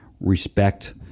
respect